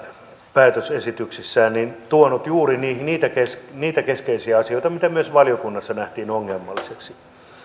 päätösesityksissään tuonut juuri niitä niitä keskeisiä asioita mitä myös valiokunnassa nähtiin ongelmallisiksi